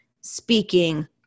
speaking